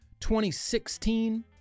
2016